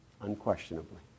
Unquestionably